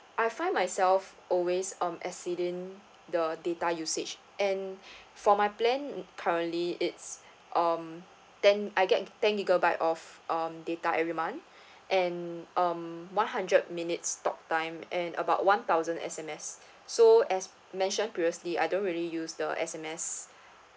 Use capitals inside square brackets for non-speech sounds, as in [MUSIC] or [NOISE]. I find myself always um exceeding the data usage and [BREATH] for my plan currently it's um ten I get ten gigabyte of um data every month [BREATH] and um one hundred minutes talk time and about one thousand S_M_S so as mentioned previously I don't really use the S_M_S